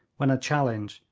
when a challenge,